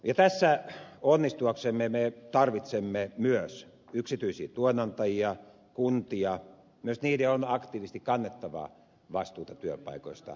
tässä onnistuaksemme me tarvitsemme myös yksityisiä työnantajia kuntia myös niiden on aktiivisesti kannettava vastuuta työpaikoista